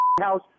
house